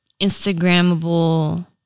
Instagramable